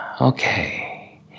Okay